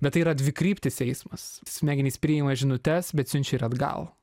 bet tai yra dvikryptis eismas smegenys priima žinutes bet siunčia ir atgal